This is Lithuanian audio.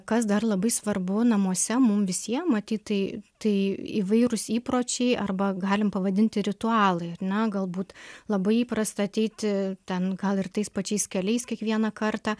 kas dar labai svarbu namuose mum visiem matyt tai tai įvairūs įpročiai arba galim pavadinti ritualai ar ne galbūt labai įprasta ateiti ten gal ir tais pačiais keliais kiekvieną kartą